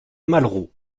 malraux